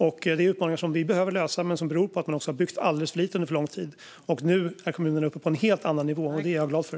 Det är utmaningar som vi behöver lösa men som beror på att man har byggt alldeles för lite under för lång tid. Nu är kommunerna uppe på en helt annan nivå, och det är jag glad för.